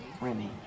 Remy